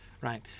right